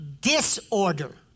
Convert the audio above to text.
disorder